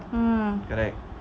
mm